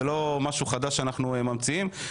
זה לא משהו חדש שאנחנו ממציאים.